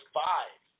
five